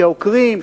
שעוקרים,